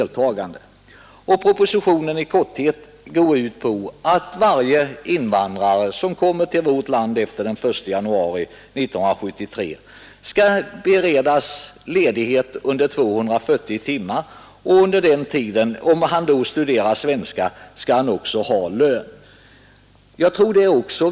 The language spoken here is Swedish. ör tar man nu upp Propositionen går i korthet ut på att varje invandrare som kommer till vårt land efter den 1 januari 1973 skall beredas ledighet under 240 timmar och att han under den tiden skall få lön, om han då studerar svenska.